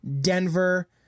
Denver